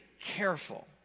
careful